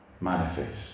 manifest